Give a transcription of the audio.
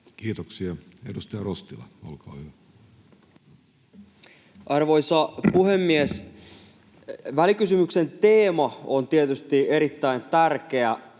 Kiitoksia. — Edustaja Rostila, olkaa hyvä. Arvoisa puhemies! Välikysymyksen teema on tietysti erittäin tärkeä,